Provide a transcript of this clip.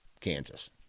Kansas